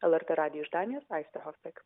lrt radijui iš danijos aistė hofbek